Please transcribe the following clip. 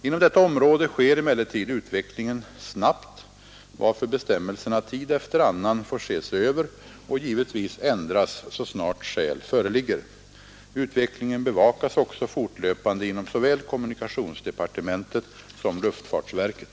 Inom detta område sker emellertid utvecklingen snabbt varför bestämmelserna tid efter annan får ses över och givetvis ändras så snart skäl föreligger. Utvecklingen bevakas också fortlöpande inom såväl kommunikationsdepartementet som luftfartsverket.